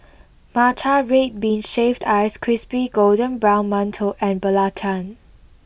Matcha Red Bean Shaved Ice Crispy Golden Brown Mantou and Belacan